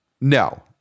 No